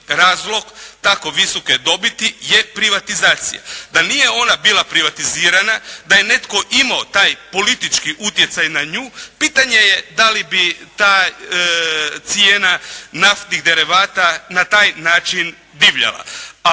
razlog tako visoke dobiti je privatizacija. Da nije ona bila privatizirana, da je netko imao taj politički utjecaj na nju, pitanje je da li bi ta cijela naftnih derivata na taj način divljala.